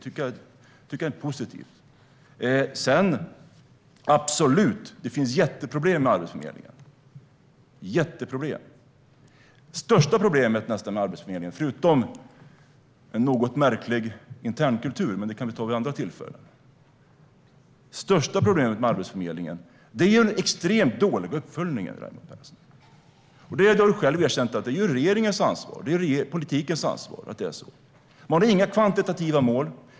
Det är positivt. Det finns absolut jättestora problem med Arbetsförmedlingen. Det största problemet är, förutom en något märklig intern kultur - men det kan vi ta vid ett annat tillfälle - den extremt dåliga uppföljningen. Du har själv erkänt att det är regeringens, politikens, ansvar att det är på det sättet. Man har inga kvantitativa mål.